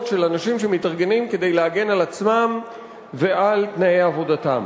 של אנשים שמתארגנים כדי להגן על עצמם ועל תנאי עבודתם.